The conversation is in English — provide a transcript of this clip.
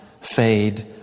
fade